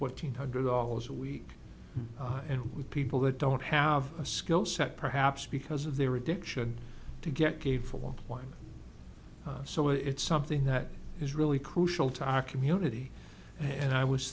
eight hundred dollars a week and with people that don't have a skill set perhaps because of their addiction to get paid for one one so it's something that is really crucial to our community and i was